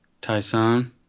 Tyson